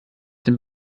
dem